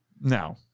No